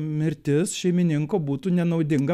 mirtis šeimininko būtų nenaudinga